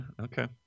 okay